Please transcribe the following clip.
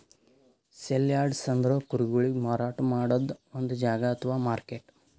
sale yards ಅಂದ್ರ ಕುರಿಗೊಳಿಗ್ ಮಾರಾಟ್ ಮಾಡದ್ದ್ ಒಂದ್ ಜಾಗಾ ಅಥವಾ ಮಾರ್ಕೆಟ್